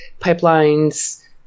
pipelines